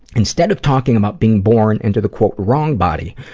instead of talking about being born into the wrong body,